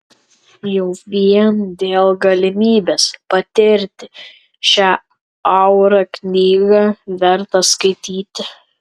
jau vien dėl galimybės patirti šią aurą knygą verta skaityti